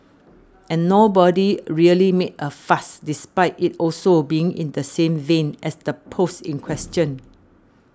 and nobody really made a fuss despite it also being in the same vein as the post in question